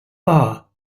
bar